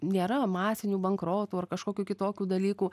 nėra masinių bankrotų ar kažkokių kitokių dalykų